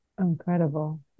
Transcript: Incredible